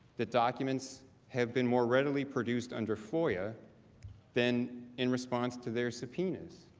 that documents have been more readily produced under foia than in response to their subpoenas.